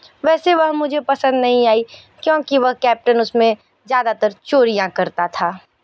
वैसे वह मुझे पसंद नहीं आई क्योंकि वह कैप्टन उसमें ज़्यादातर चोरियाँ करता था